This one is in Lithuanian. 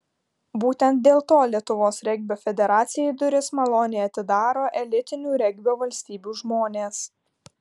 būtent dėl to lietuvos regbio federacijai duris maloniai atidaro elitinių regbio valstybių žmonės